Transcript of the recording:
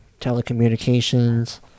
telecommunications